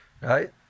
right